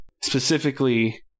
specifically